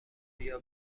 بیا